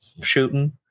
shooting